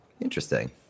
Interesting